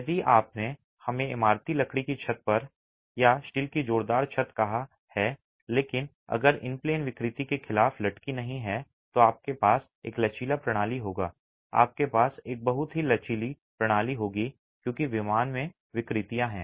यदि आपने हमें इमारती लकड़ी की छत या स्टील की जोरदार छत कहा है लेकिन अगर इन प्लेन विकृति के खिलाफ लटकी नहीं है तो आपके पास एक लचीली प्रणाली होगी आपके पास एक बहुत ही लचीली प्रणाली होगी क्योंकि विमान में विकृतियाँ हैं